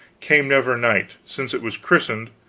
came never knight since it was christened,